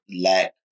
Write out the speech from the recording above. lack